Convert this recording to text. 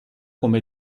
come